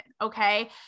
okay